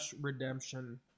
Redemption